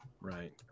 right